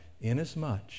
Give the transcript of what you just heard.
inasmuch